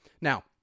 Now